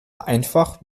einfach